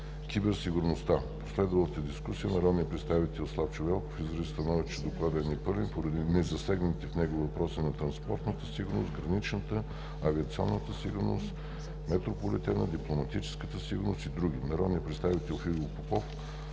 киберсигурността. В последвалата дискусия народният представител Славчо Велков изрази становище, че Докладът е непълен поради незасегнатите в него въпроси на: транспортната сигурност, граничната сигурност, авиационната сигурност, метрополитена, дипломатическата сигурност и други. Народният представител Филип Попов